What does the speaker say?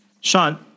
Sean